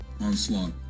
onslaught